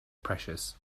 precious